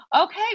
Okay